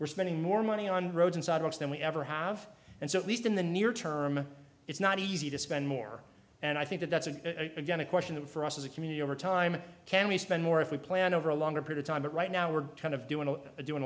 we're spending more money on roads and sidewalks than we ever have and so at least in the near term it's not easy to spend more and i think that that's a question that for us as a community over time can we spend more if we plan over a longer period time but right now we're kind of doing a doing